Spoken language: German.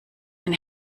ein